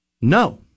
no